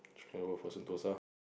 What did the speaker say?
she can go for Sentosa